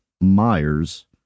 Myers